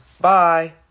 Bye